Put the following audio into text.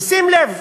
ושים לב,